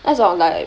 那种 like